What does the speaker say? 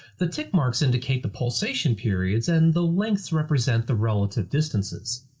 the tick marks indicate the pulsation periods and the lengths represent the relative distances.